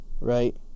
right